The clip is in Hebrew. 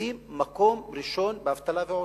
תופסים מקום ראשון באבטלה ובעוני?